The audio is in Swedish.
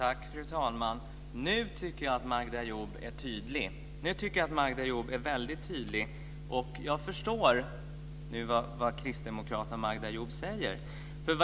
Fru talman! Nu tycker jag att Magda Ayoub är tydlig. Nu tycker jag att Magda Ayoub är väldigt tydlig. Jag förstår nu vad kristdemokraterna och Magda Ayoub säger.